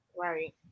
Right